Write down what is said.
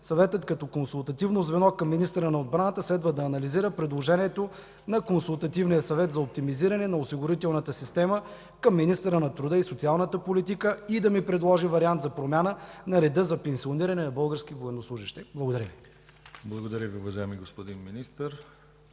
Съветът като консултативно звено към министъра на отбраната следва да анализира предложението на Консултативния съвет за оптимизиране на осигурителната система към министъра на труда и социалната политика и да ми предложи вариант за промяна на реда за пенсиониране на българските военнослужещи. Благодаря Ви. ПРЕДСЕДАТЕЛ ДИМИТЪР ГЛАВЧЕВ: Благодаря Ви, уважаеми господин Министър.